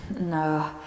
No